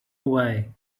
away